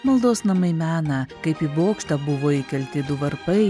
maldos namai mena kaip į bokštą buvo įkelti du varpai